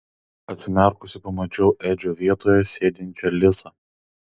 atsimerkusi pamačiau edžio vietoje sėdinčią lisą